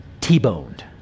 T-boned